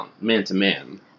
man-to-man